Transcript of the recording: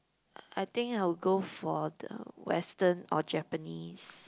I think I'll go for the Western or Japanese